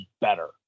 better